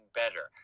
better